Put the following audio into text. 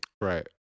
Right